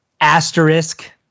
Asterisk